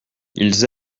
ils